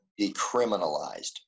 Decriminalized